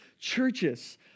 churches